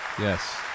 Yes